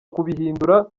kubihindura